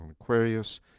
Aquarius